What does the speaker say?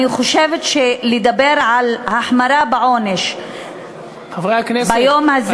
אני חושבת שלדבר על החמרה בעונש ביום הזה,